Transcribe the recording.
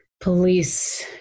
police